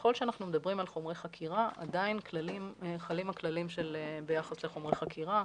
ככל שאנחנו מדברים על חומרי חקירה עדיין חלים הכללים ביחס לחומרי חקירה.